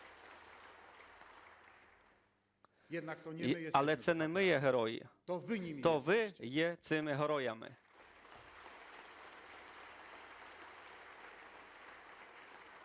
Але це не ми є герої, то ви є цими героями.